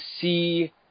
see